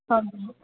ਹਾਂਜੀ